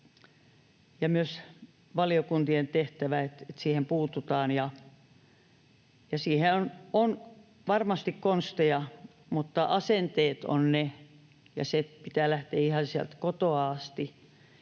ja myös valiokuntien tehtävä, että siihen puututaan. Siihen on varmasti konsteja, mutta asenteet ovat olennaisia, ja sen pitää lähteä ihan sieltä kotoa asti.